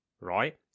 Right